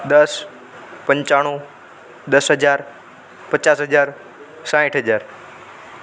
દસ પંચાણુ દસ હજાર પચાસ હજાર સાઠ હજાર